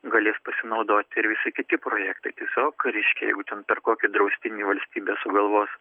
galės pasinaudoti ir visi kiti projektai tiesiog reiškia jeigu ten per kokį draustinį valstybė sugalvos